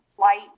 Light